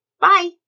Bye